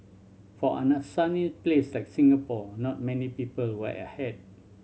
for sunny place like Singapore not many people wear a hat